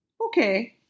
okay